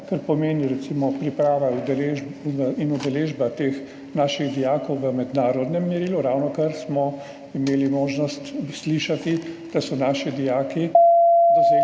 kar pomeni recimo pripravo in udeležbo teh naših dijakov v mednarodnem merilu. Ravnokar smo imeli možnost slišati, da so naši dijaki dosegli